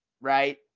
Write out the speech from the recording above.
right